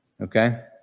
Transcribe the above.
okay